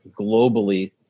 globally